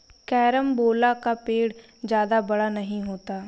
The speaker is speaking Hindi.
कैरमबोला का पेड़ जादा बड़ा नहीं होता